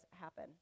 happen